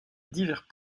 divers